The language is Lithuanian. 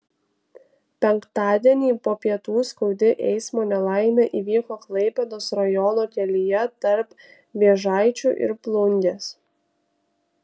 penktadienį po pietų skaudi eismo nelaimė įvyko klaipėdos rajono kelyje tarp vėžaičių ir plungės